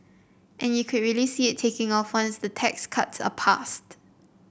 and you could really see it taking off once the tax cuts are passed